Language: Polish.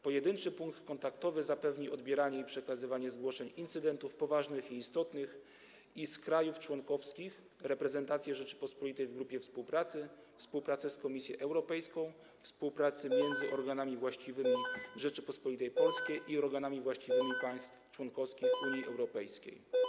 Pojedynczy Punkt Kontaktowy zapewni odbieranie i przekazywanie zgłoszeń incydentów poważnych i istotnych z krajów członkowskich, reprezentację Rzeczypospolitej w Grupie Współpracy, współpracę z Komisją Europejską, współpracę między organami właściwymi Rzeczypospolitej Polskiej i organami właściwymi państw członkowskich Unii Europejskiej.